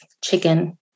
chicken